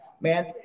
Man